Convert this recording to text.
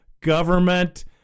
government